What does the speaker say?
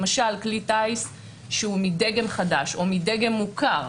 למשל כלי טיס מדגם חדש או מדגם מוכר,